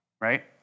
Right